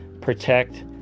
protect